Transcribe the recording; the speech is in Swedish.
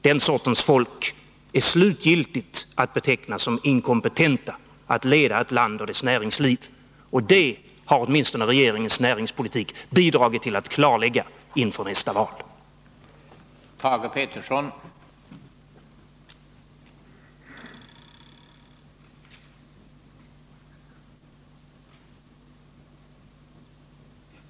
Den sortens folk är slutgiltigt att beteckna som inkompetent att leda ett land och dess näringsliv, och regeringens politik har åtminstone bidragit till att inför nästa val klargöra detta förhållande.